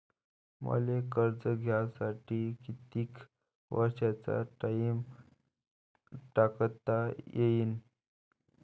मले कर्ज घ्यासाठी कितीक वर्षाचा टाइम टाकता येईन?